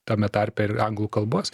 tame tarpe ir anglų kalbos